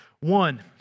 one